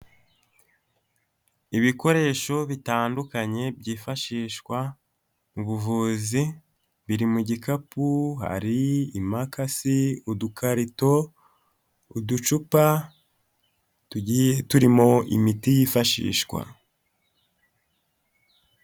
Ibikoresho bitandukanye byifashishwa mu buvuzi, biri mu gikapu, hari impakasi, udukarito, uducupa tugiye turimo imiti yifashishwa.